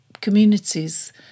communities